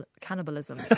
cannibalism